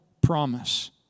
promise